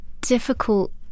difficult